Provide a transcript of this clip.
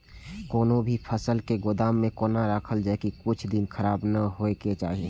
कोनो भी फसल के गोदाम में कोना राखल जाय की कुछ दिन खराब ने होय के चाही?